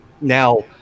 Now